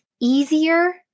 easier